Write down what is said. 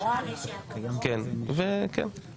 איל יסיים את ההקראה, ונעשה את זה לפי הסדר.